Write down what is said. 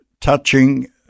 touching